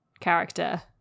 character